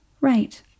Right